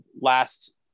last